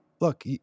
look